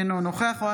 אינו נוכח אחמד טיבי,